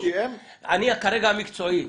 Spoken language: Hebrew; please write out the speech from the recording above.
אני כרגע מקצועי.